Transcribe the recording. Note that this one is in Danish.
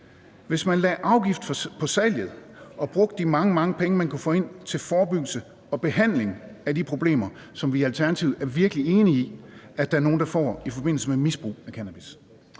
hvis man lagde afgift på salget og brugte de mange, mange penge, man kunne få ind, til forebyggelse og behandling af de problemer, som vi i Alternativet virkelig er enige i der er nogle der får i forbindelse med misbrug af cannabis.